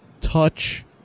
touch